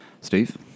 Steve